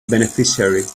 beneficiary